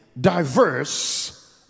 diverse